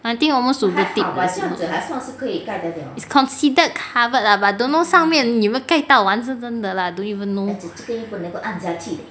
I think almost to the tip it's considered covered lah but don't know 上面有没有盖到完是真的啦 don't even know